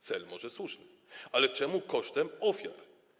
Cel może słuszny, ale czemu kosztem ofiar?